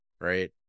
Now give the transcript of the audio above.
right